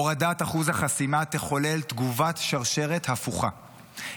הורדת אחוז החסימה תחולל תגובת שרשרת הפוכה,